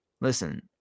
Listen